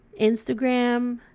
Instagram